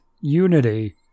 Unity